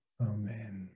Amen